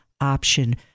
option